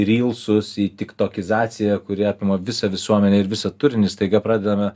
rylsus į tiktokizaciją kuri apima visą visuomenę ir visą turinį staiga pradedame